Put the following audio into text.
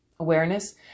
awareness